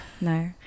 No